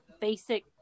basic